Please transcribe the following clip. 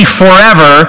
forever